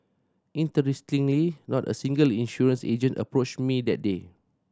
interestingly not a single insurance agent approached me that day